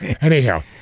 Anyhow